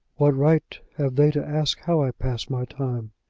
what right have they to ask how i pass my time?